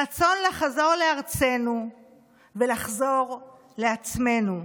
הרצון לחזור לארצנו ולחזור לעצמנו.